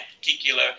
particular